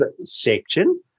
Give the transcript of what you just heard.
section